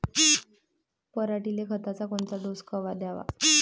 पऱ्हाटीले खताचा कोनचा डोस कवा द्याव?